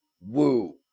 Woo